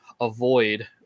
avoid